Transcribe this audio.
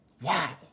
wow